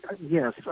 yes